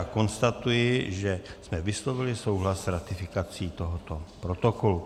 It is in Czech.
Konstatuji, že jsme vyslovili souhlas s ratifikací tohoto protokolu.